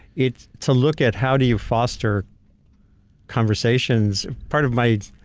it's to look at how do you foster conversations. part of my.